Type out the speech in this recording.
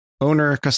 owner